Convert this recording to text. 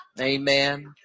Amen